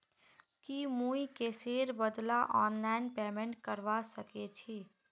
की मुई कैशेर बदला ऑनलाइन पेमेंट करवा सकेछी